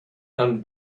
and